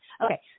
Okay